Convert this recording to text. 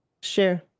Share